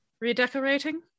redecorating